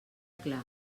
clar